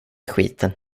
skiten